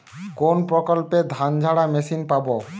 কোনপ্রকল্পে ধানঝাড়া মেশিন পাব?